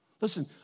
Listen